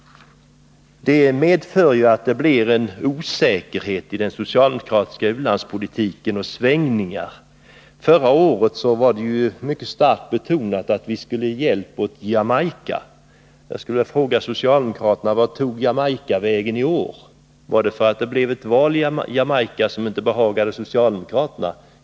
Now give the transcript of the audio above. Detta medför att man blir litet osäker om den socialdemokratiska u-landspolitiken. Förra året betonade man mycket starkt att vi skulle ge hjälp åt Jamaica. Jag skulle vilja fråga socialdemokraterna: Vart tog Jamaica vägen i år? Beror socialdemokraternas ändrade inställning på att man hade ett val i Jamaica som inte behagade socialdemokraterna.